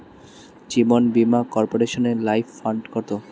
জীবন বীমা কর্পোরেশনের life fund কত?